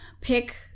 pick